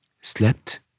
slept